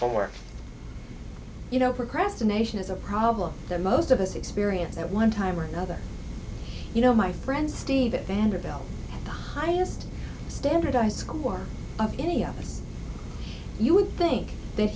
work you know procrastination is a problem that most of us experience at one time or another you know my friend steve it vanderbilt the highest standardized score of any of us you would think that